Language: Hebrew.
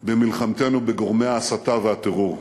במלחמתנו בגורמי ההסתה והטרור.